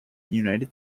united